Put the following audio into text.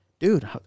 Dude